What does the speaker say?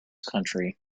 country